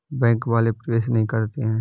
Bank वाले प्रवेश नहीं करते हैं?